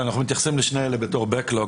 אנחנו מתייחסים לשני אלה בתור backlog,